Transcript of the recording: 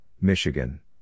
Michigan